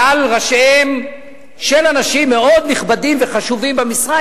מעל ראשיהם של אנשים מאוד נכבדים וחשובים במשרד,